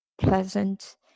pleasant